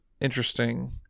interesting